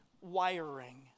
Wiring